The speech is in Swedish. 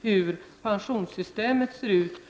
hur pensionssystemet ser ut.